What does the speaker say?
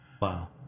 wow